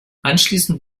anschließend